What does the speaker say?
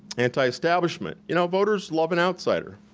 anti-establishment. you know, voters love an outsider.